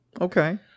Okay